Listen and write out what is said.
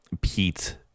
Pete